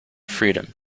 freedom